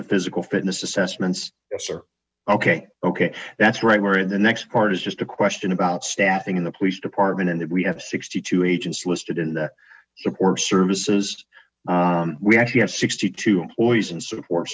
the physical fitness assessments yes sir ok ok that's right where in the next part is just a question about staffing in the police department and we have a sixty to agents listed in the support services we actually have sixty two employees and support